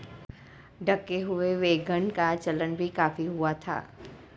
ढके हुए वैगन का चलन भी काफी हुआ था